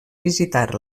visitar